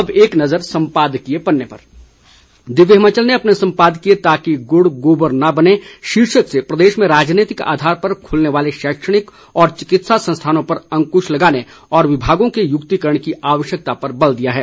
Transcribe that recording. अब एक नज़र सम्पादकीय पन्ने पर दिव्य हिमाचल ने अपने संपादकीय ताकि गूड गोबर न बने शीर्षक से प्रदेश में राजनैतिक आधार पर खुलने वाले शैक्षणिक और चिकित्सा संस्थानों पर अंकुश लगाने और विभागों के युक्तिकरण की आवश्यकता पर बल दिया है